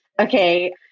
okay